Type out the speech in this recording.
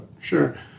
sure